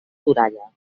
toralla